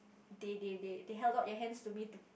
they they they they held out their hands to me to